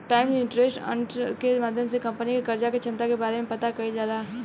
times interest earned के माध्यम से कंपनी के कर्जा के क्षमता के बारे में पता कईल जाला